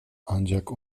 ancak